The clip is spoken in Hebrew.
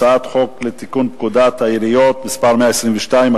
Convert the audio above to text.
הצעת חוק לתיקון פקודת העיריות (מס' 122),